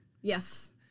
yes